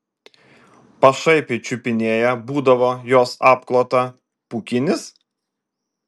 pašaipiai čiupinėja būdavo jos apklotą pūkinis